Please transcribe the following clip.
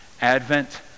Advent